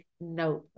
note